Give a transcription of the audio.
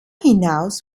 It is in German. hinaus